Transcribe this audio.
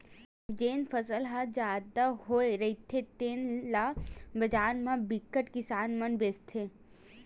जेन फसल ह जादा होए रहिथे तेन ल बजार म बिकट किसान मन बेचथे